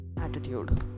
attitude